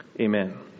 Amen